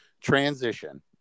transition